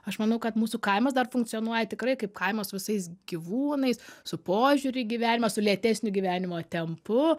aš manau kad mūsų kaimas dar funkcionuoja tikrai kaip kaimas su visais gyvūnais su požiūriu į gyvenimą su lėtesniu gyvenimo tempu